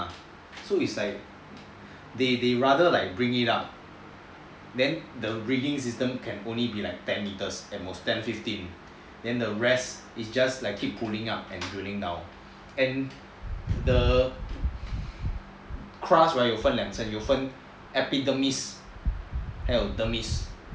ah so it's like they rather like bring it up then the reading system can only be like ten metres at most ten metres then the rest is just like keep pulling up and drilling down and the crust right 有分两沉有分 epitomize 还有 tomize